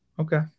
Okay